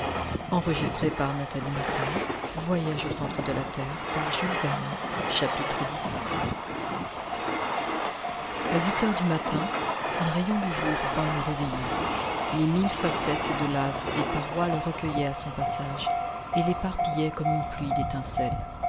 xviii a huit heures du matin un rayon du jour vint nous réveiller les mille facettes de lave des parois le recueillaient à son passage et l'éparpillaient comme une pluie d'étincelles